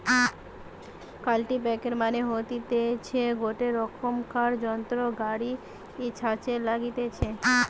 কাল্টিপ্যাকের মানে হতিছে গটে রোকমকার যন্ত্র গাড়ি ছাসে লাগতিছে